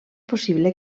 possible